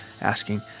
asking